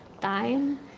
time